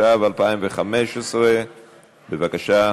התשע"ו 2015. בבקשה.